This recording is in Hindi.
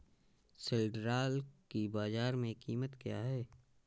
सिल्ड्राल की बाजार में कीमत क्या है?